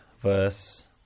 verse